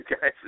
guys